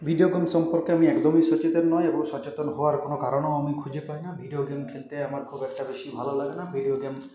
video game সম্পর্কে আমি একদমই সচেতন নয় এবং সচেতন হওয়ার কোনো কারণও আমি খুঁজে পাই না ভিডিও গেম খেলতে আমার খুব একটা বেশি ভালো লাগে না ভিডিও গেম